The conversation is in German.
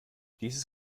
dieses